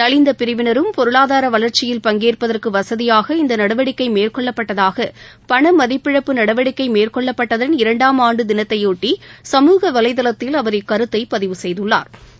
நலிந்த பிரிவினரும் பொருளாதார வளர்ச்சியில் பங்கேற்பதற்கு வசதியாக இந்த நடவடிக்கை மேற்கொள்ளப்பட்டதாக பணமதிப்பிழப்பு நடவடிக்கை மேற்கொள்ளப்பட்டதன் இரண்டாம் ஆண்டு தினத்தையொட்டி சமூக வலைதளத்தில் அவா் இக்கருத்தை பதிவு செய்துள்ளாா்